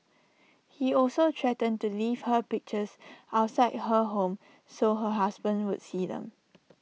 he also threatened to leave her pictures outside her home so her husband would see them